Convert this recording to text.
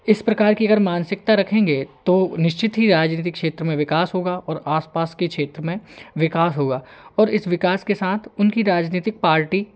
इस प्रकार की अगर मानसिकता रखेंगे तो निश्चित ही राजनीतिक क्षेत्र में विकास होगा और आसपास के क्षेत्र में विकास होगा और इस विकास के साथ उनकी राजनितिक पार्टी